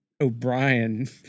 O'Brien